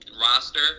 roster